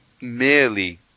merely